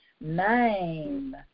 name